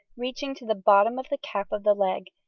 reaching to the bottom of the calf of the leg,